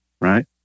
right